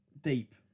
deep